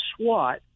SWAT